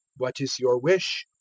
what is your wish?